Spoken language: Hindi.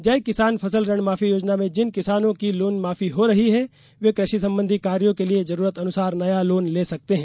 जय किसान फसल ऋण माफी योजना में जिन किसानों की लोन माफी हो रही है वे कृषि संबंधी कार्यों के लिये जरूरत अनुसार नया लोन ले सकते हैं